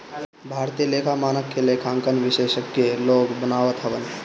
भारतीय लेखा मानक के लेखांकन विशेषज्ञ लोग बनावत हवन